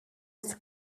was